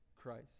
Christ